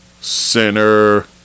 center